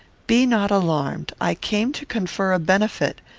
be not alarmed. i came to confer a benefit,